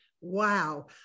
Wow